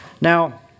Now